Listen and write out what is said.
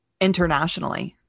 internationally